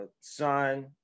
son